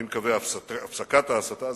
אני מקווה הפסקת ההסתה,